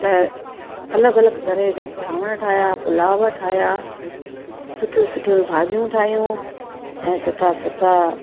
त अलॻि अलॻि तरह जा चांवर ठाहिया पुलाव ठाहिया सुठियूं सुठियूं भाॼियूं ठाहियूं ऐं सुठा सुठा